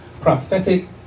prophetic